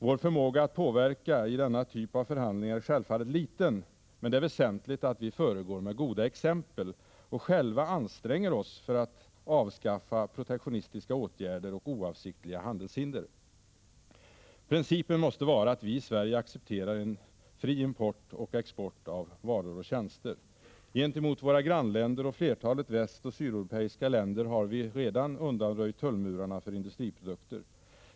Vår förmåga att påverka i denna typ av förhandlingar är självfallet liten, men det är väsentligt att vi föregår med goda exempel och själva anstränger oss för att avskaffa protektionistiska åtgärder och oavsiktliga handelshinder. Principen måste vara att vi i Sverige accepterar en fri import och export av varor och tjänster. Gentemot våra grannländer och flertalet västoch sydeuropeiska länder har vi redan undanröjt tullmurarna för industriprodukter.